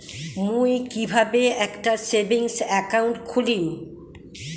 মুই কিভাবে একটা সেভিংস অ্যাকাউন্ট খুলিম?